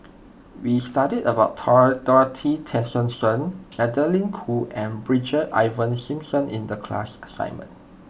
we studied about Dorothy Tessensohn Magdalene Khoo and Brigadier Ivan Simson in the class assignment